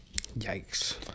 Yikes